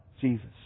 Jesus